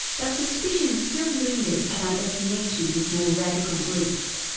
but suspicion still lingers about their connection with more radical groups,